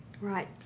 Right